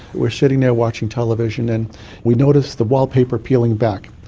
we're sitting there watching television and we notice the wallpaper peeling back,